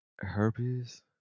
Herpes